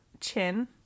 chin